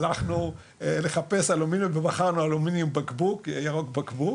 הלכנו לחפש אלומיניום ובחרנו אלומיניום ירוק בקבוק,